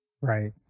Right